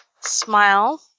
Smile